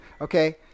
Okay